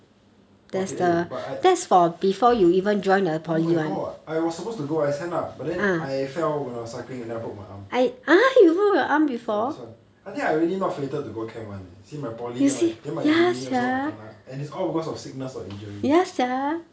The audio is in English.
okay but I oh my god I was supposed to go I sign up but then I fell when I was cycling and then I broke my arm ya this one I think I really not fated to go camp one leh see my poly then my then my uni~ also I kena all because of sickness or injury